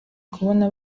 kubona